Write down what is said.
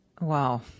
Wow